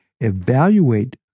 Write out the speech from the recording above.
evaluate